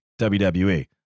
WWE